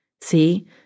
See